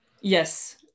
Yes